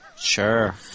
Sure